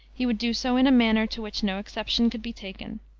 he would do so in a manner to which no exception could be taken.